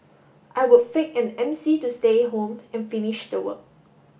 I would fake an MC to stay home and finish the work